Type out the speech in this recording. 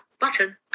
button